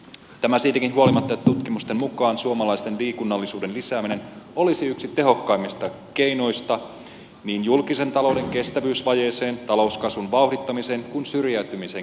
tämä siitäkin huolimatta että tutkimusten mukaan suomalaisten liikunnallisuuden lisääminen olisi yksi tehokkaimmista keinoista niin julkisen talouden kestävyysvajeeseen talouskasvun vauhdittamiseen kuin syrjäytymisen estämiseenkin